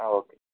okay